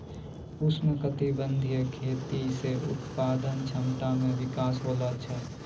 उष्णकटिबंधीय खेती से उत्पादन क्षमता मे विकास होलो छै